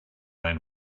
ran